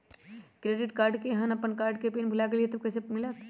Credit card केहन अपन card के पिन भुला गेलि ह त उ कईसे मिलत?